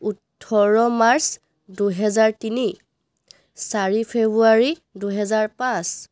ওঠৰ মাৰ্চ দুহেজাৰ তিনি চাৰি ফেব্ৰুৱাৰী দুহেজাৰ পাঁচ